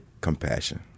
compassion